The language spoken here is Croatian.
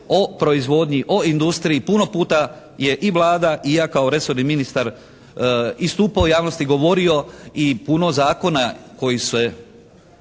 o proizvodnji, o industriji puno puta je i Vlada i ja kao resorni ministar istupao u javnosti govorio i, puno zakona koji se